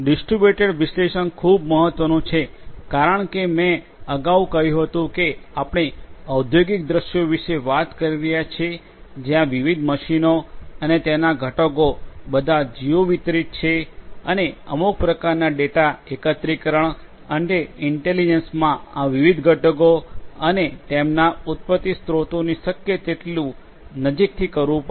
distributed વિશ્લેષણ ખૂબ મહત્વનું છે કારણ કે મેં અગાઉ કહ્યું હતું કે આપણે ઓંદ્યોગિક દૃશ્યો વિશે વાત કરી રહ્યા છીએ જ્યાં વિવિધ મશીનો અને તેના ઘટકો બધા જિઓ વિતરિત છે અને અમુક પ્રકારના ડેટા એકત્રીકરણ અને ઇન્ટેલિજન્સમાં આ વિવિધ ઘટકો અને તેમના ઉત્પત્તિ સ્ત્રોતોની શક્ય તેટલું નજીકથી કરવુ પડશે